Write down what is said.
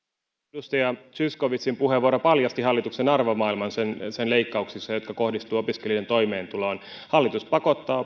edustaja zyskowiczin puheenvuoro paljasti hallituksen arvomaailman sen sen leikkauksissa jotka kohdistuvat opiskelijan toimeentuloon hallitus pakottaa